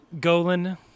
Golan